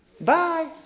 Bye